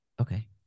Okay